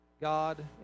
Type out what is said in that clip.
God